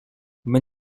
mais